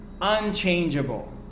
unchangeable